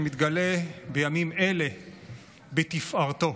שמתגלה בימים אלה בתפארתו.